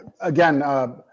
again